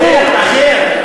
זה במסגרת אחרת,